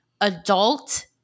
adult